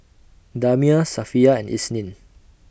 Damia Safiya and Isnin